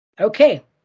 Okay